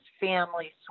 family